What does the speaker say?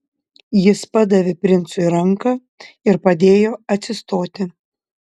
jis padavė princui ranką ir padėjo atsistoti